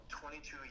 22